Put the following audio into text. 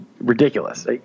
ridiculous